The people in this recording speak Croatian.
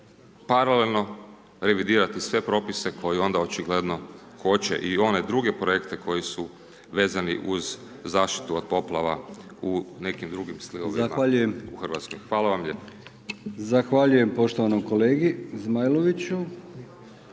paralelno revidirati sve propise koji onda očigledno koče i one druge projekte koji su vezani uz zaštiti od poplava u nekim drugim slivovima …/Upadica: Zahvaljujem./… u Hrvatskoj. Hvala